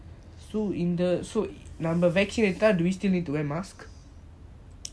so இந்த நம்ம:intha namma vaccine எடுத்த:yeadutha do we still need to wear mask